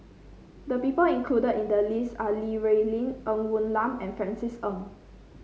the people included in the list are Li Rulin Ng Woon Lam and Francis Ng